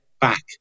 back